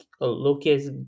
Lucas